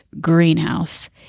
Greenhouse